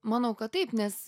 manau kad taip nes